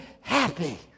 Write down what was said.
happy